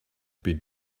been